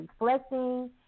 reflecting